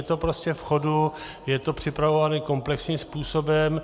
Je to prostě v chodu, je to připravováno komplexním způsobem.